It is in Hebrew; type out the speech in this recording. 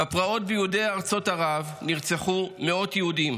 בפרהוד ביהודי ארצות ערב נרצחו מאות יהודים,